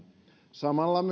samalla